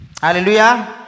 Hallelujah